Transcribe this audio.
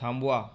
थांबवा